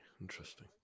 Interesting